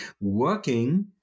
working